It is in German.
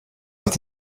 hat